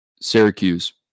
Syracuse